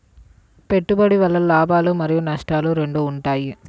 పెట్టుబడి వల్ల లాభాలు మరియు నష్టాలు రెండు ఉంటాయా?